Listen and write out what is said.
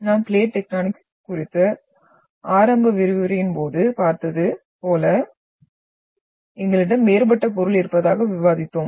நாம் plate tectonics குறித்த ஆரம்ப விரிவுரையின் போது பார்த்தது போல எங்களிடம் வேறுபட்ட பொருள் இருப்பதாக விவாதித்தோம்